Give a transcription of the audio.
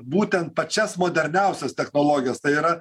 būtent pačias moderniausias technologijas tai yra